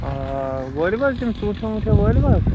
آ وٲلِو حظ یِم ژوٗنٛٹھیا ووٗنٛٹھیا وٲلِو حظ